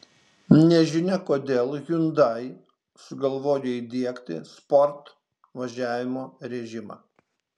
nežinia kodėl hyundai sugalvojo įdiegti sport važiavimo režimą